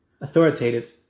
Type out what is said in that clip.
authoritative